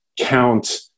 count